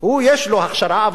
יש לו הכשרה,